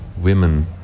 women